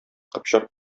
кыпчак